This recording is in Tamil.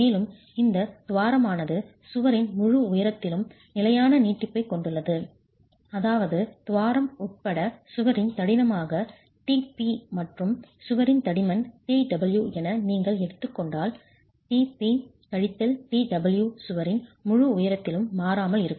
மேலும் இந்த துவாரமானது சுவரின் முழு உயரத்திலும் நிலையான நீட்டிப்பைக் கொண்டுள்ளது அதாவது துவாரம் உட்பட சுவரின் தடிமனாக tp மற்றும் சுவரின் தடிமன் tw என நீங்கள் எடுத்துக் கொண்டால் tp tw சுவரின் முழு உயரத்திலும் மாறாமல் இருக்கும்